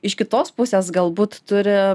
iš kitos pusės galbūt turi